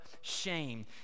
shame